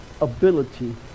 ability